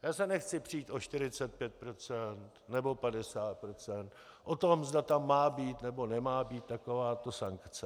Já se nechci přít o 45 % nebo 50 %, o tom, zda tam má být, nebo nemá být takováto sankce.